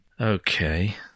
Okay